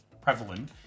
prevalent